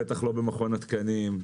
בטח לא במכון התקנים,